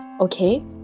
okay